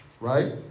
Right